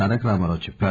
తారకరామారావు చెప్పారు